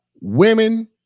women